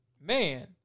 man